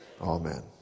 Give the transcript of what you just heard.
Amen